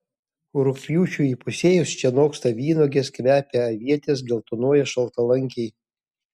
rugpjūčiui įpusėjus čia noksta vynuogės kvepia avietės geltonuoja šaltalankiai